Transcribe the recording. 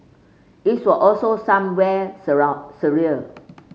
its were also somewhere surround surreal